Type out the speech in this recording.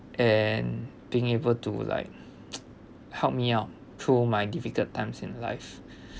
and being able to like help me out through my difficult times in life